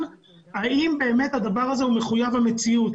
האם באמת הדבר הזה הוא מחויב המציאות.